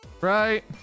Right